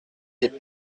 des